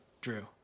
Drew